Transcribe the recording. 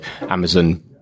Amazon –